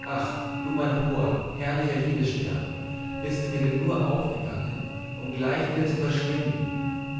ach du mein hoher herrlicher liebesstern bist du mir denn nur aufgegangen um gleich wieder zu verschwinden